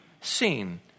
seen